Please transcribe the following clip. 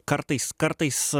kartais kartais